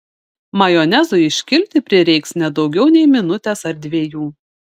majonezui iškilti prireiks ne daugiau nei minutės ar dviejų